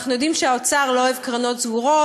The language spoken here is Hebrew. אנחנו יודעים שהאוצר לא אוהב קרנות סגורות,